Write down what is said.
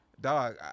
dog